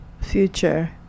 future